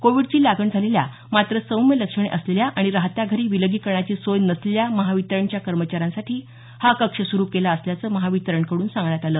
कोविडची लागण झालेल्या मात्र सौम्य लक्षणे असलेल्या आणि राहत्या घरी विलगीकरणाची सोय नसलेल्या महावितरणच्या कर्मचाऱ्यांसाठी हा कक्ष सुरू केला असल्याचं महावितरणकडून सांगण्यात आल